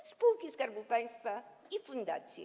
Są spółki Skarbu Państwa i fundacje.